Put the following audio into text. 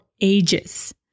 ages